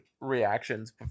reactions